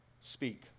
Speak